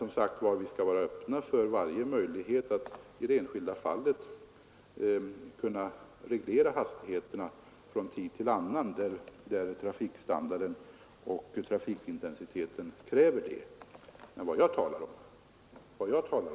Vi skall som sagt vara öppna för varje möjlighet att i det enskilda fallet reglera hastigheterna från tid till annan, när trafikstandarden och trafikintensiteten kräver det.